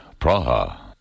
Praha